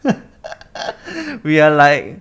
we are like